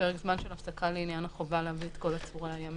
פרק זמן של הפסקה לעניין החובה להביא את כל עצורי הימים.